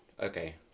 Okay